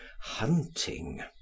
hunting